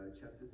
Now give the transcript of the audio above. chapter